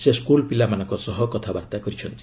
ସେ ସ୍କୁଲ୍ ପିଲାମାନଙ୍କ ସହ କଥାବାର୍ତ୍ତା କରିଛନ୍ତି